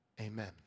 Amen